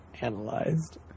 analyzed